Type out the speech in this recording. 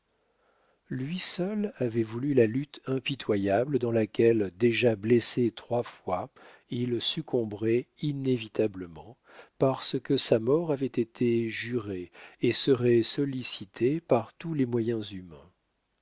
lui seul avait voulu la lutte impitoyable dans laquelle déjà blessé trois fois il succomberait inévitablement parce que sa mort avait été jurée et serait sollicitée par tous les moyens humains